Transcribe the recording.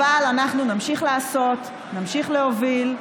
אבל אנחנו נמשיך לעשות, נמשיך להוביל,